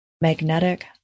magnetic